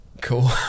cool